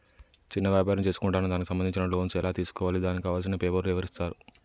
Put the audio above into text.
చిన్న వ్యాపారం చేసుకుంటాను దానికి సంబంధించిన లోన్స్ ఎలా తెలుసుకోవాలి దానికి కావాల్సిన పేపర్లు ఎవరిస్తారు?